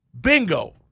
bingo